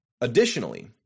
Additionally